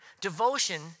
devotion